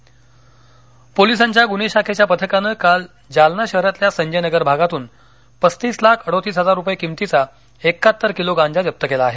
गांजा जप्त जालना पोलिसांच्या गुन्हे शाखेच्या पथकानं काल जालना शहरातल्या संजयनगर भागातून पस्तीस लाख अडोतीस हजार रुपये किंमतीचा एकाहत्तर किलो गांजा जप्त केला आहे